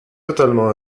totalement